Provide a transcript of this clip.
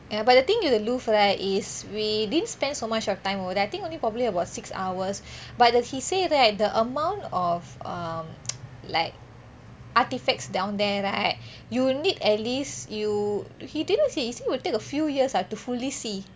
ya but the thing is the louvre right is we didn't spend so much of time over there I think only probably about six hours but then he say right that the amount of um like artefacts down there right you need at least you he didn't say he say will take a few years ah to fully see